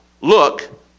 look